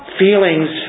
feelings